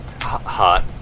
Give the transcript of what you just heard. hot